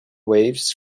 waves